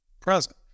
present